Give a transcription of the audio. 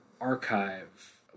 Archive